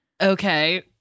Okay